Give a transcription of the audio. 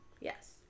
Yes